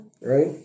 Right